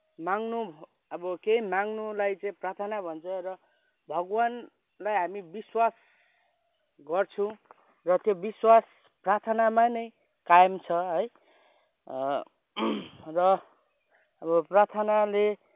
माग्नु अब केही माग्नुलाई चाहिँ प्रार्थना भन्छ र भगवान्लाई हामी विश्वास गर्छौँ र त्यो विश्वास प्रार्थनामा नै कायम छ है र अब प्रार्थनाले